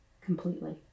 completely